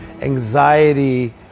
anxiety